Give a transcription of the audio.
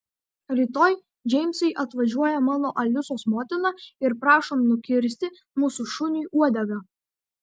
rytoj džeimsai atvažiuoja mano alisos motina ir prašom nukirsti mūsų šuniui uodegą